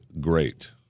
great